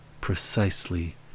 precisely